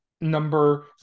number